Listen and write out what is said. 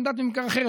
עמדת ממכר אחרת,